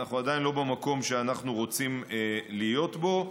אנחנו עדיין לא במקום שאנחנו רוצים להיות בו,